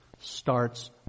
starts